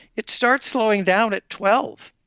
it starts slowing down at twelve,